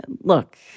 Look